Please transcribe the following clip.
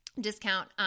discount